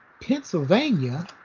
Pennsylvania